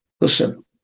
listen